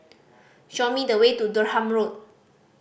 show me the way to Durham Road